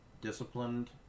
disciplined